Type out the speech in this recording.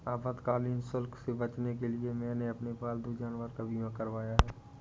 आपातकालीन शुल्क से बचने के लिए मैंने अपने पालतू जानवर का बीमा करवाया है